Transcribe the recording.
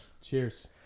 Cheers